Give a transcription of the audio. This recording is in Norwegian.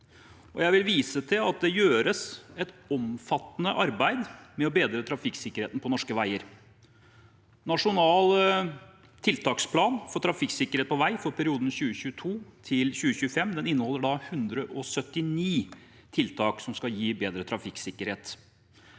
jeg vil vise til at det gjøres et omfattende arbeid med å bedre trafikksikkerheten på norske veier. Nasjonal tiltaksplan for trafikksikkerhet på vei, for perioden 2022–2025, inneholder 179 tiltak som skal gi bedre trafikksikkerhet.